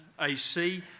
AC